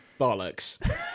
bollocks